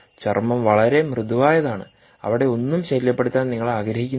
ചർമ്മം വളരെ മൃദുവായതാണ് അവിടെ ഒന്നും ശല്യപ്പെടുത്താൻ നിങ്ങൾ ആഗ്രഹിക്കുന്നില്ല